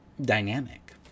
dynamic